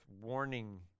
warning